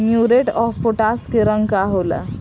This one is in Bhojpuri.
म्यूरेट ऑफ पोटाश के रंग का होला?